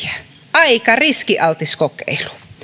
aika riskialtis kokeilu